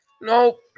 Nope